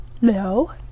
No